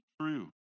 true